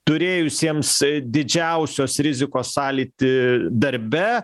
turėjusiems didžiausios rizikos sąlytį darbe